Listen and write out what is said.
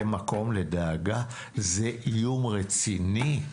זה מקום לדאגה, זה איום רציני.